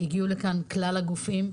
הגיעו לכאן כלל הגופים.